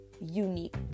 unique